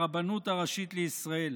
הרבנות הראשית לישראל.